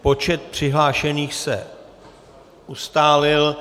Počet přihlášených se ustálil.